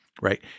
right